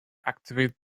activate